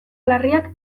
larriak